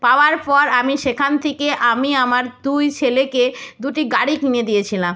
পাওয়ার পর আমি সেখান থেকে আমি আমার দুই ছেলেকে দুটি গাড়ি কিনে দিয়েছিলাম